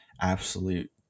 absolute